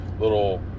little